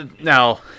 Now